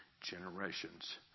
generations